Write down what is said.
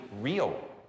real